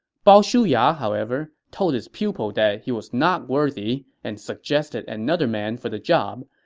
bao shuya, however, told his pupil that he was not worthy and suggested another man for the job.